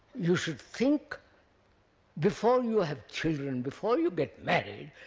you should think before you ah have children, before you get married,